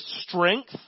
strength